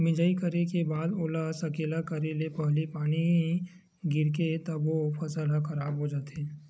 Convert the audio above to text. मिजई करे के बाद ओला सकेला करे ले पहिली पानी गिरगे तभो फसल ह खराब हो जाथे